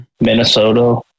Minnesota